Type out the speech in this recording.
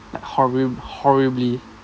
like horror~ horribly